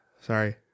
Sorry